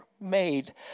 made